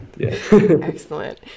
excellent